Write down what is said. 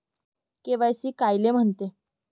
KYC कायले म्हनते?